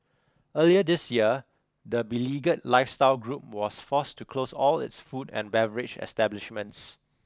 earlier this year the beleaguer lifestyle group was forced to close all its food and beverage establishments